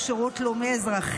עשר דקות לרשותך.